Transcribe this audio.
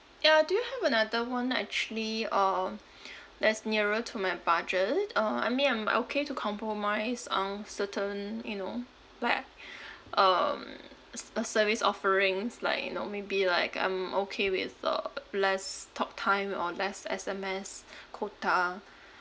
ya do you have another one actually um that's nearer to my budget uh I mean I'm okay to compromise um certain you know like um uh s~ uh service offerings like you know maybe like I'm okay with uh less talktime or less S_M_S quota